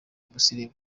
umusirimu